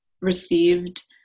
received